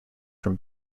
from